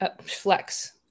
flex